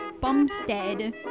Bumstead